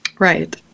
Right